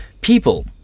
People